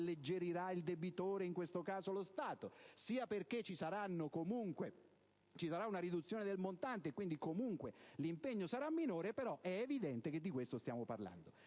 alleggerirà il debitore (in questo caso lo Stato), sia perché ci sarà una riduzione del montante, l'impegno sarà minore. È però evidente che di questo stiamo parlando.